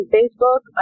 Facebook